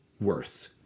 worth